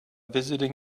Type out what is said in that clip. visiting